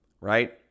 Right